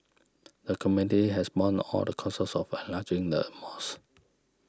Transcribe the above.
the community has borne all the costs of enlarging the mosque